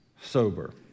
sober